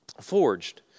forged